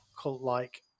cult-like